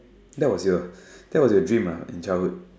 that's was your that was your dream ah in childhood